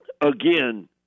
again